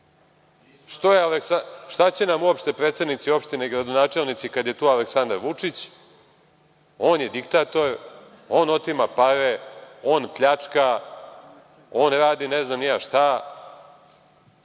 šta će nam uopšte predsednici opština i gradonačelnici kada je tu Aleksandar Vučić, on je diktator, on otima pare, on pljačka, on radi ne znam ni ja šta,